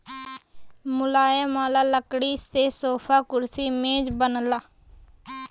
मुलायम वाला लकड़ी से सोफा, कुर्सी, मेज बनला